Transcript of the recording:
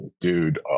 Dude